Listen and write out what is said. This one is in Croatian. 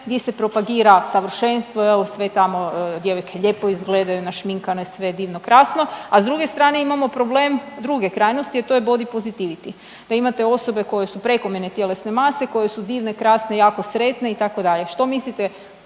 gdje se propagira savršenstvo sve tamo djevojke lijepo izgledaju našminkane sve divno, krasno, a s druge strane imamo problem druge krajnosti, a to je body positivity da imate osobe koje su prekomjerne tjelesne mase koje su divne, krasne, jako sretne itd., što mislite